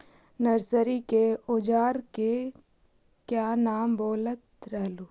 Nursery के ओजार के क्या नाम बोलत रहलू?